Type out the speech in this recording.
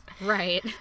Right